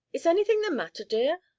is anything the matter, dear?